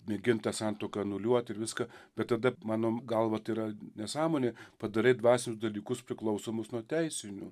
mėgint tą santuoką anuliuot ir viską bet tada mano galva tai yra nesąmonė padarai dvasinius dalykus priklausomus nuo teisinių